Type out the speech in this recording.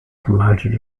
promoted